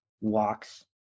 walks